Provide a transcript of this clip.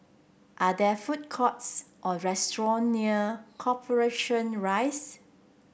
are there food courts or restaurant near Corporation Rise